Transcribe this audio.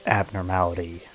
abnormality